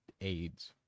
AIDS